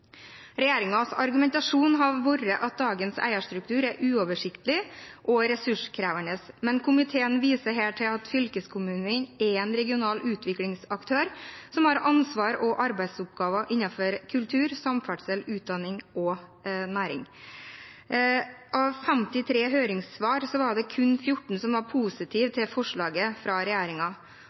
argumentasjon har vært at dagens eierstruktur er uoversiktlig og ressurskrevende, men komiteen viser her til at fylkeskommunen er en regional utviklingsaktør, som har ansvar og arbeidsoppgaver innenfor kultur, samferdsel, utdanning og næring. Av 53 høringssvar var det kun 14 som var positive til forslaget fra